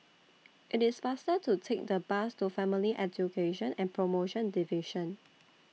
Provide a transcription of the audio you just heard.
IT IS faster to Take The Bus to Family Education and promotion Division